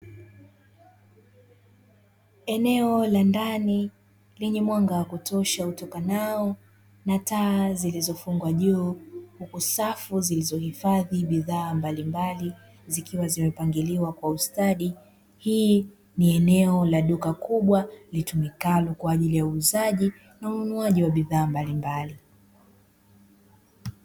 Eneo la ndani lenye mwanga wa kutosha utokanao na taa zilizofungwa juu huku safu zilizohifadhi bidhaa mbalimbali zikiwa zimepangiliwa kwa ustadi, hii ni eneo la duka kubwa litumikalo kwa ajili ya uuzaji na ununuaji wa bidhaa mbalimbali.